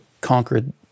conquered